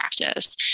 practice